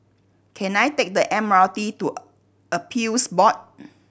can I take the M R T to Appeals Board